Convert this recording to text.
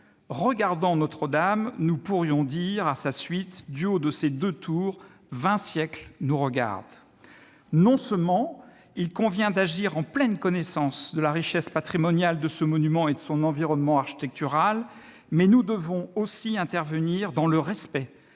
Regardant Notre-Dame, nous pourrions dire à sa suite : du haut de ces deux tours vingt siècles nous regardent. Non seulement il convient d'agir en pleine connaissance de la richesse patrimoniale de ce monument et de son environnement architectural, mais nous devons aussi intervenir dans le respect